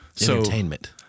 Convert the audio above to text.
Entertainment